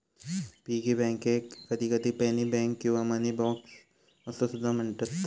piggy बँकेक कधीकधी penny bank किंवा मनी बॉक्स असो सुद्धा म्हणतत